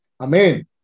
Amen